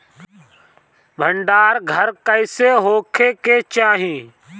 भंडार घर कईसे होखे के चाही?